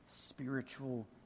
spiritual